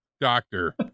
Doctor